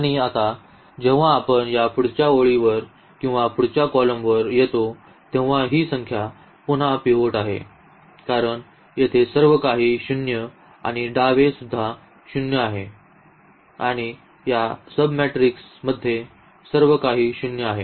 आणि आता जेव्हा आपण पुढच्या ओळीवर किंवा पुढच्या कॉलमवर येतो तेव्हा ही संख्या पुन्हा पिव्होट आहे कारण येथे सर्व काही शून्य आणि डावे सुद्धा शून्य आणि या सब मेट्रिक्समध्ये सर्व काही शून्य आहे